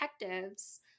detectives